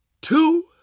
two